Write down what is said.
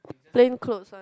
plain clothes